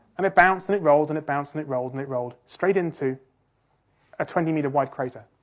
and it bounced and it rolled and it bounced and it rolled, and it rolled straight into a twenty metre wide crater.